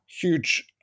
huge